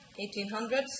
1800s